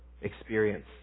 experience